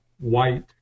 white